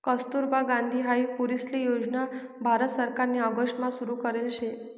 कस्तुरबा गांधी हाई पोरीसले योजना भारत सरकारनी ऑगस्ट मा सुरु करेल शे